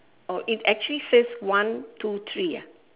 oh it actually says one two three ah